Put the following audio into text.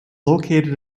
located